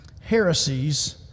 heresies